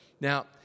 Now